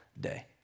day